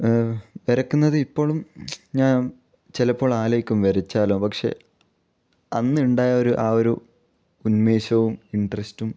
വരയ്ക്കുന്നത് ഇപ്പോഴും ഞാൻ ചിലപ്പോൾ ആലോചിക്കും വരച്ചാലോ പക്ഷേ അന്നുണ്ടായ ഒരു ആ ഒരു ഉന്മേഷവും ഇൻറ്റെറെസ്റ്റും